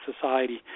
society